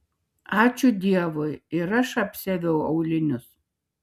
ačiū dievui ir aš apsiaviau aulinius